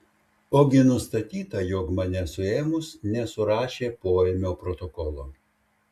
ogi nustatyta jog mane suėmus nesurašė poėmio protokolo